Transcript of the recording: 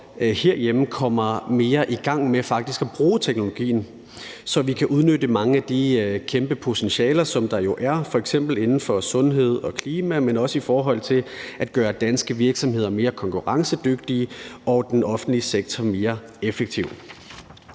herhjemme kommer mere i gang med faktisk at bruge teknologien, så vi kan udnytte mange af de kæmpe potentialer, som der jo er, f.eks. inden for sundhed og klima, men også i forhold til at gøre danske virksomheder mere konkurrencedygtige og den offentlige sektor mere effektiv.